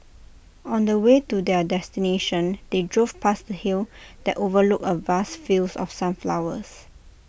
on the way to their destination they drove past A hill that overlooked A vast fields of sunflowers